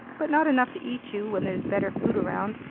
but not enough to eat you when there's better food around.